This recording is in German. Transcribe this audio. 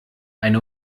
eine